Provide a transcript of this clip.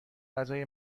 غذای